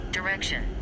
Direction